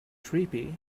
creepy